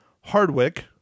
Hardwick